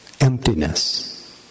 emptiness